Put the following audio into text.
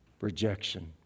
Rejection